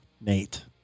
Nate